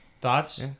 thoughts